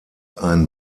ein